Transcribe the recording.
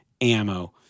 ammo